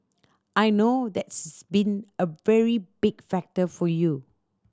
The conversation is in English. I know that's been a very big factor for you